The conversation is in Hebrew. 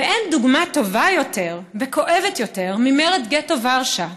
ואין דוגמה טובה יותר וכואבת יותר ממרד גטו ורשה,